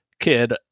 Kid